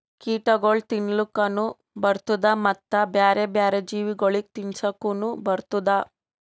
ಕೀಟಗೊಳ್ ತಿನ್ಲುಕನು ಬರ್ತ್ತುದ ಮತ್ತ ಬ್ಯಾರೆ ಬ್ಯಾರೆ ಜೀವಿಗೊಳಿಗ್ ತಿನ್ಸುಕನು ಬರ್ತ್ತುದ